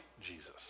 Jesus